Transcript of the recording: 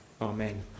Amen